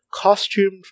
costumed